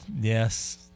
Yes